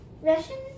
Russian